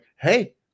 hey